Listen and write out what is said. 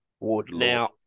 now